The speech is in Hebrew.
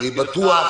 להזכירך,